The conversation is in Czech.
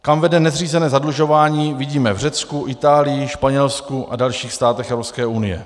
Kam vede nezřízené zadlužování, vidíme v Řecku, v Itálii, Španělsku a v dalších státech Evropské unie.